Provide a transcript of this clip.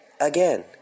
Again